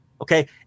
Okay